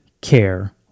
care